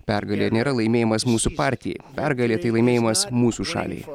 pergalė nėra laimėjimas mūsų partijai pergalė tai laimėjimas mūsų šaliai